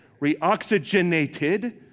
Reoxygenated